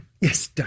Yes